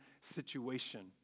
situation